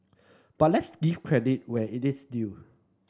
but let's give credit where it is due